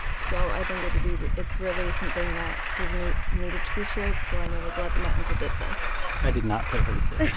so i think it would be it's really something that was needed needed to be shared. so i'm really glad that my uncle did this i did not pay her to say that